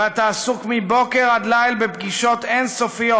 ואתה עסוק מבוקר עד ליל בפגישות אין-סופיות